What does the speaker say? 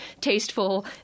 tasteful